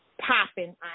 popping